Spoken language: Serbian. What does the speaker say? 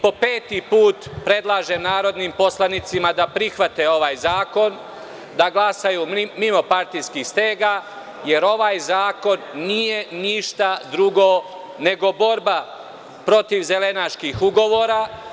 Po peti put predlažem narodnim poslanicima da prihvate ovaj zakon, da glasaju mimo partijskih stega jer ovaj zakon nije ništa drugo nego borba protiv zelenaških ugovora.